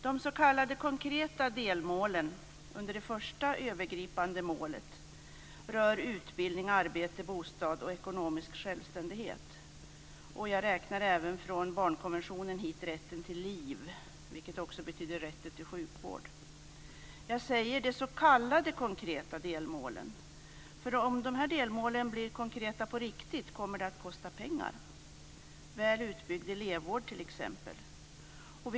De s.k. konkreta delmålen under det första övergripande målet rör utbildning, arbete, bostad och ekonomisk självständighet. Jag räknar även från barnkonventionen hit rätten till liv. Det betyder också rätten till sjukvård. Jag säger "de s.k." konkreta delmålen, för om de här delmålen blir konkreta på riktigt kommer det att kosta pengar. Det gäller t.ex. väl utbyggd elevvård.